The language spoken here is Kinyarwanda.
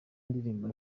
indirimbo